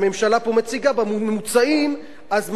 בממוצעים מצבה של ישראל טוב,